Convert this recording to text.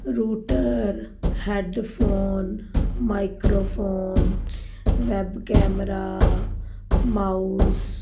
router headphone microphone web camera mouse